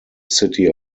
city